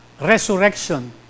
Resurrection